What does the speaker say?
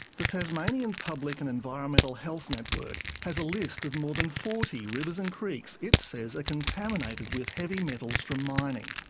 the tasmanian public and environmental health network has a list of more than forty rivers and creeks it says are ah contaminated with heavy metals from mining.